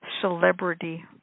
celebrity